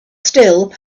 still